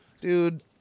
Dude